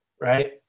right